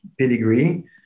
pedigree